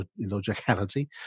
illogicality